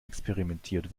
experimentiert